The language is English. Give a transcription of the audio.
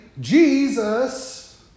Jesus